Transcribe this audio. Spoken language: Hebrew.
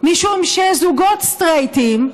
משום שזוגות סטרייטים,